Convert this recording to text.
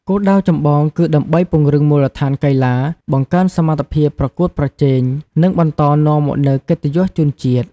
គោលដៅចម្បងគឺដើម្បីពង្រឹងមូលដ្ឋានកីឡា បង្កើនសមត្ថភាពប្រកួតប្រជែង និងបន្តនាំមកនូវកិត្តិយសជូនជាតិ ។